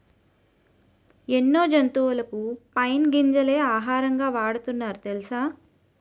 ఎన్నో జంతువులకు పైన్ గింజలే ఆహారంగా వాడుతున్నారు తెలుసా?